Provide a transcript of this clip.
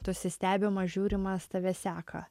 tu esi stebimas žiūrimas tave seka